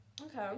Okay